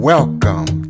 Welcome